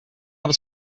able